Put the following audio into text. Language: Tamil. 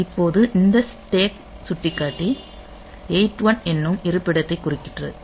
இப்போது இந்த ஸ்டேக் சுட்டிக்காட்டி 81 என்னும் இருப்பிடத்தைக் குறிக்கிறது